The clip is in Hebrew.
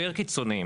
החיים,